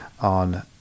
on